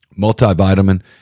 multivitamin